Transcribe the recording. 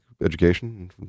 education